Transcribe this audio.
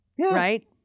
Right